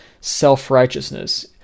self-righteousness